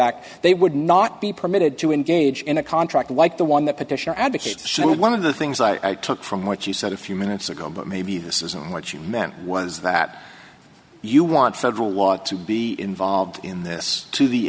act they would not be permitted to engage in a contract like the one that petition advocates say one of the things i took from what you said a few minutes ago but maybe this isn't what you meant was that you want federal law to be involved in this to the